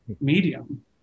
medium